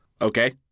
Okay